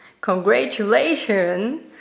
congratulations